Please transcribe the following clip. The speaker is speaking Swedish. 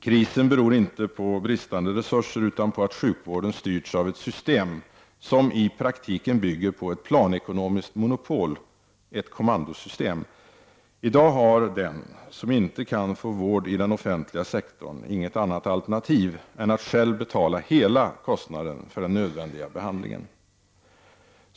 Krisen beror inte på bristande resurser utan på att sjukvården styrts av ett system som i praktiken bygger på ett planekonomiskt monopol, ett kommandosystem. I dag har den som inte kan få vård i den offentliga sektorn inget annat alternativ än att själv betala hela kostnaden för den nödvändiga behandlingen.